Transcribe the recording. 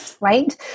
Right